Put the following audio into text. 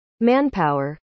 Manpower